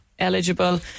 Eligible